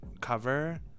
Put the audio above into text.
cover